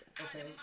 Okay